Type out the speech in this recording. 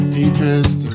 deepest